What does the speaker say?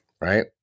Right